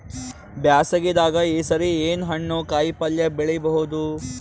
ಬ್ಯಾಸಗಿ ದಾಗ ಈ ಸರಿ ಏನ್ ಹಣ್ಣು, ಕಾಯಿ ಪಲ್ಯ ಬೆಳಿ ಬಹುದ?